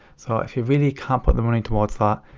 so if you really can't put the money towards that.